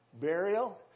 burial